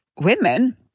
women